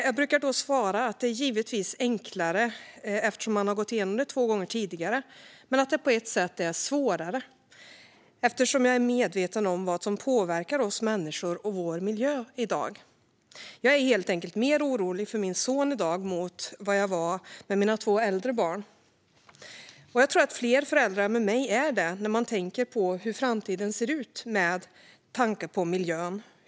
Jag brukar då svara att det givetvis är enklare eftersom jag har gått igenom det två gånger tidigare men att det på ett sätt är svårare, eftersom jag i dag är medveten om vad som påverkar oss människor och vår miljö. Jag är helt enkelt mer orolig för min son i dag än vad jag var för mina två äldre barn. Och jag tror att fler föräldrar än jag är det när man tänker på hur framtiden ser ut med tanke på miljön.